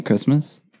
Christmas